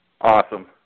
Awesome